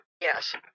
Yes